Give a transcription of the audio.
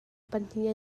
pahnih